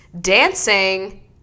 dancing